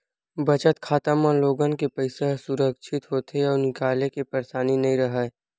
बचत खाता म लोगन के पइसा ह सुरक्छित होथे अउ निकाले के परसानी नइ राहय